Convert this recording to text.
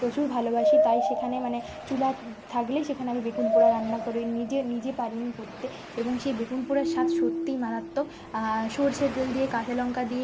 প্রচুর ভালোবাসি তাই সেখানে মানে চুলা থাকলে সেখানে আমি বেগুন পোড়া রান্না করি নিজে নিজে পারি আমি করতে এবং সেই বেগুন পোড়ার স্বাদ সত্যিই মারাত্মক সরষে তেল দিয়ে কাঁচা লঙ্কা দিয়ে